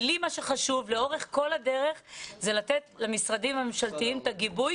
כי לי מה שחשוב לאורך כל הדרך זה לתת למשרדים הממשלתיים את הגיבוי,